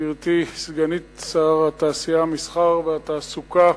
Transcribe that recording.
גברתי סגנית שר התעשייה, המסחר והתעסוקה,